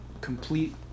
complete